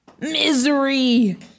misery